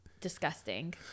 disgusting